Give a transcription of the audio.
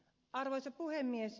arvoisa puhemies